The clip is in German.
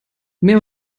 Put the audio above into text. mehr